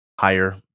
higher